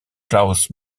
klaus